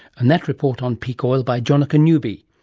and that report on peak oil by jonica newby,